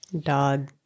Dog